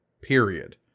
period